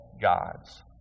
gods